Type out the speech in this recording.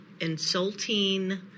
insulting